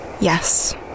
Yes